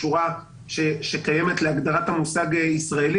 שקיימת להגדרת המושג "ישראלי".